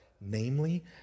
Namely